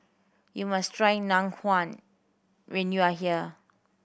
you must try Ngoh Hiang when you are here